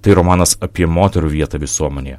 tai romanas apie moterų vietą visuomenėje